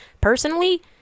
Personally